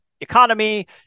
economy